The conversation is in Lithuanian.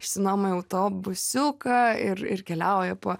išsinuomoją autobusiuką ir ir keliauja po